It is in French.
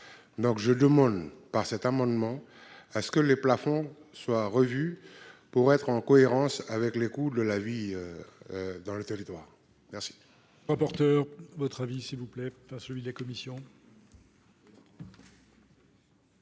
travers de cet amendement, que les plafonds soient revus pour être en cohérence avec le coût de la vie dans le territoire. Quel